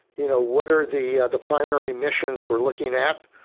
you know, what are the, the primary missions we're looking at,